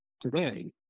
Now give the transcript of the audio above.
today